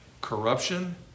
corruption